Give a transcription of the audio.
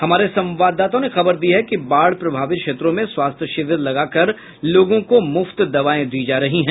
हमारे संवाददाताओं ने खबर दी है कि बाढ़ प्रभावित क्षेत्रों में स्वास्थ्य शिविर लगाकर लोगों को मुफ्त दवाएं दी जा रही है